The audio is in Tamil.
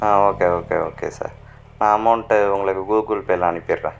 ஆ ஓகே ஓகே ஓகே சார் நான் அமௌண்ட் உங்களுக்கு கூகுள்பேயில அனுப்பிவிடுறேன்